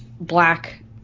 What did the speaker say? black